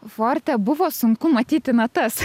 forte buvo sunku matyti natas